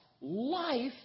life